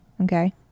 Okay